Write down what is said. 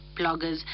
bloggers